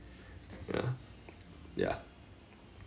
ya ya